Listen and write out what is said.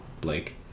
Blake